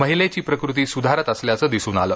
महिलेची प्रकृती सुधारत असल्याचे दिसून आले